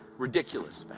ridiculous.